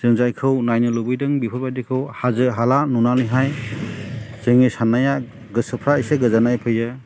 जों जायखौ नायनो लुबैदों बेफोरबायदिखौ हाजो हाला नुनानैहाय जोंनि साननाया गोसोफ्रा एसे गोजोननाय फैयो